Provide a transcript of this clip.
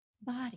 body